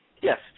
Yes